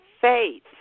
faith